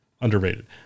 underrated